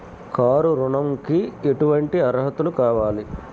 Car ఋణంకి ఎటువంటి అర్హతలు కావాలి?